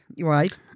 right